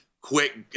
quick